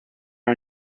are